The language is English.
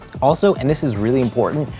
also, and this is really important,